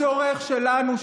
הצורך שלנו,